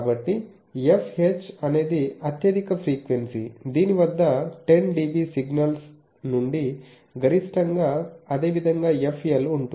కాబట్టి fH అనేది అత్యధిక ఫ్రీక్వెన్సీ దీని వద్ద 10dB సిగ్నల్ నుండి గరిష్టంగా అదేవిధంగా fL ఉంటుంది